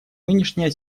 нынешняя